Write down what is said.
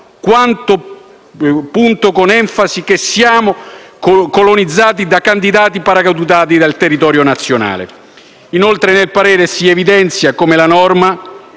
questo punto con enfasi - che siano colonizzati da candidati paracadutati dal territorio nazionale. Inoltre, nel parere si evidenziava come la norma